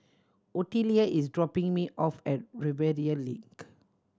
Otelia is dropping me off at Rivervale Link